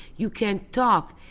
you can't talk,